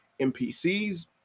NPCs